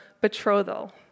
betrothal